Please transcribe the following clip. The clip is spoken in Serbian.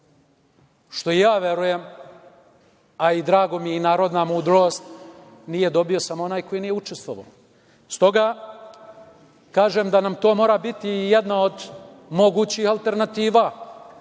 što ja verujem, a i drago mi je, i narodna je mudrost, nije dobio samo onaj ko nije učestovao. Stoga, kažem da nam to mora biti jedna od mogućih alternativa.